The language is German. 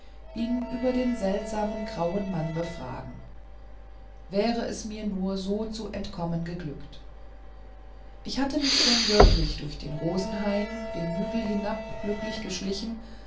ihn über den seltsamen grauen mann befragen wäre es mir nur so zu entkommen geglückt ich hatte mich schon wirklich durch den rosenhain den hügel hinab glücklich geschlichen